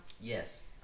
yes